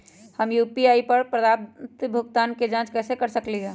हम यू.पी.आई पर प्राप्त भुगतान के जाँच कैसे कर सकली ह?